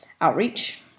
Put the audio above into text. outreach